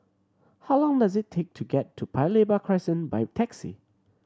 how long does it take to get to Paya Lebar Crescent by taxi